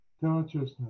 consciousness